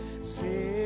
say